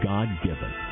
God-given